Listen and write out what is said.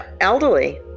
elderly